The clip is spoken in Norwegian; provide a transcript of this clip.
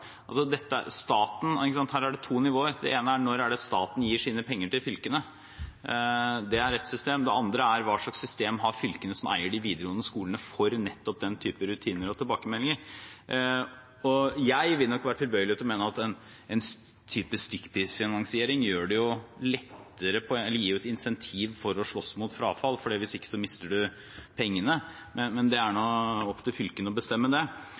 når staten gir sine penger til fylkene, det er ett system, og det andre er hva slags system fylkene som eier de videregående skolene, har for nettopp den typen rutiner og tilbakemeldinger. Jeg vil nok være tilbøyelig til å mene at en type stykkprisfinansiering gir et incentiv for å slåss mot frafall, for ellers mister man pengene, men det er opptil fylkene å bestemme det.